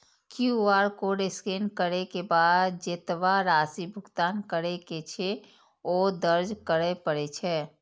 QR code scan करै के बाद जेतबा राशि भुगतान करै के छै, ओ दर्ज करय पड़ै छै